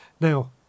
Now